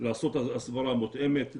לעשות הסברה מותאמת.